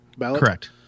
Correct